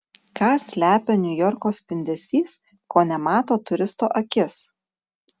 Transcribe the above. ką slepia niujorko spindesys ko nemato turisto akis